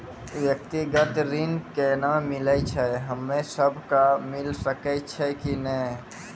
व्यक्तिगत ऋण केना मिलै छै, हम्मे सब कऽ मिल सकै छै कि नै?